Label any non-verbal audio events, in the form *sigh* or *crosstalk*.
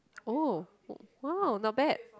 oh *noise* !wow! not bad